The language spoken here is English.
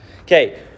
okay